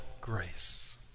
grace